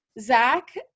Zach